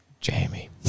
jamie